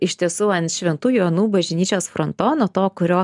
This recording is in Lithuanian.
iš tiesų ant šventų jonų bažnyčios frontono to kurio